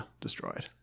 destroyed